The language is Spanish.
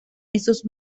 esos